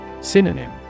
Synonym